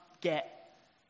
get